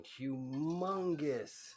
humongous